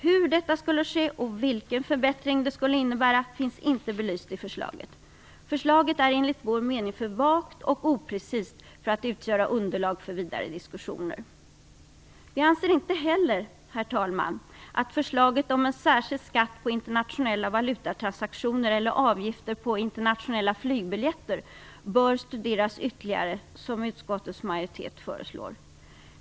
Hur detta skulle ske och vilken förbättring det skulle innebära finns inte belyst i förslaget. Förslaget är enligt vår mening för vagt och oprecist för att utgöra underlag för vidare diskussioner. Vi anser inte heller, herr talman, att förslaget om en särskild skatt på internationella valutatransaktioner eller avgifter på internationella flygbiljetter bör studeras ytterligare, som utskottets majoritet föreslår.